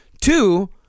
Two